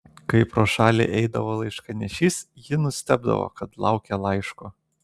kai pro šalį eidavo laiškanešys ji nustebdavo kad laukia laiško